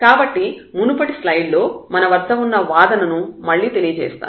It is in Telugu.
కాబట్టి మునుపటి స్లైడ్ లో మన వద్ద ఉన్న వాదనను మళ్ళీ తెలియచేస్తాను